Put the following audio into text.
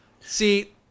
See